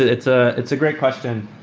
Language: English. it's ah it's a great question.